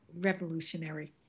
Revolutionary